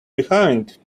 behind